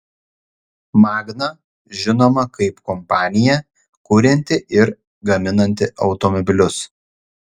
magna žinoma kaip kompanija kurianti ir gaminanti automobilius